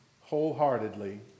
wholeheartedly